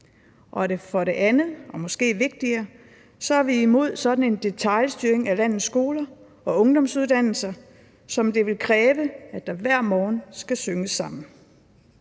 – og det er måske vigtigere – er vi imod sådan en detailstyring af landets skoler og ungdomsuddannelser, hvor man vil kræve, at man hver morgen skal synge sammen.